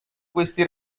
questi